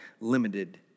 limited